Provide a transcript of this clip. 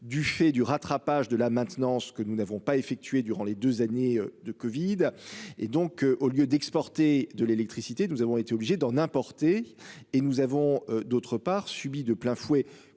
du fait du rattrapage de la maintenance, que nous n'avons pas effectué durant les deux années de Covid et donc au lieu d'exporter de l'électricité, nous avons été obligé d'en importer et nous avons d'autre part subit de plein fouet,